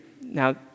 Now